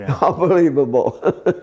unbelievable